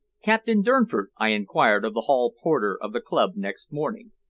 captain durnford? i inquired of the hall-porter of the club next morning.